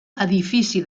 edifici